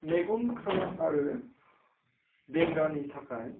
मेगन खाना आरो बेंगानि थाखाय